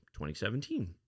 2017